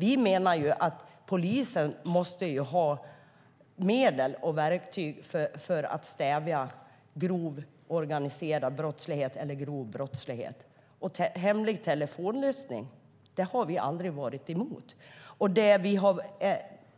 Vi menar att polisen måste ha medel och verktyg för att stävja grov organiserad brottslighet eller grov brottslighet, och hemlig telefonavlyssning har vi aldrig varit emot. Det vi